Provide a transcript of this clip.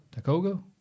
Takogo